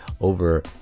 over